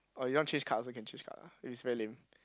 or you want to change card also can change card lah if is very lame